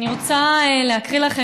אני רוצה להקריא לכם,